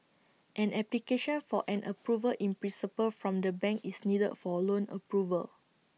an application for an approval in principle from the bank is needed for loan approval